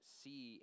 see